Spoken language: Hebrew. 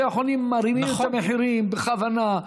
בתי החולים מרימים את המחירים בכוונה,